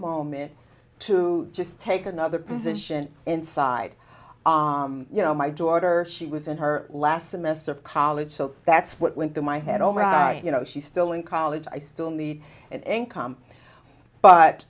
moment to just take another position inside you know my daughter she was in her last semester of college so that's what went through my head all right you know she's still in college i still need an income but